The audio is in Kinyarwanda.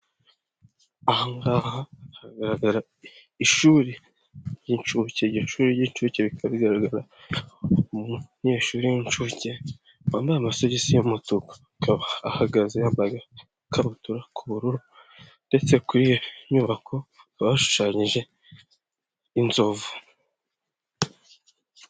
Ahangaha hagaragara ishuri ry'incuke, iryo shuri ry'incuke rikaba rigaragaraho umunyeshuri w'incuke wambaye amasogisi y'umutuku, akaba ahagaze yambaye agakabutura k'ubururu ndetse kuri iyo nyubako hakaba hashushanyije inzovu.